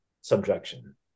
subjection